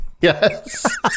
Yes